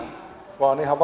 vaan ihan